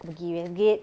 pergi westgate